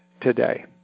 today